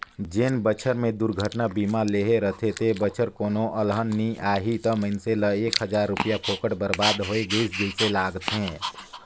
जेन बच्छर मे दुरघटना बीमा लेहे रथे ते बच्छर कोनो अलहन नइ आही त मइनसे ल एक हजार रूपिया फोकट बरबाद होय गइस जइसे लागथें